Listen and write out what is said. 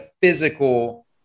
physical